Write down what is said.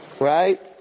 Right